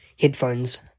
headphones